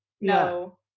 no